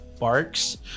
Barks